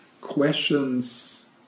questions